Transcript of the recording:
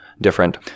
different